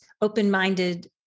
open-minded